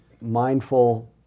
mindful